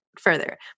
further